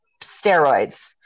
steroids